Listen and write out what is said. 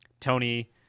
Tony